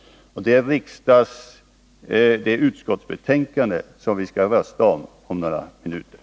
Det är detta utskottsbetänkande som vi om några minuter skall rösta om.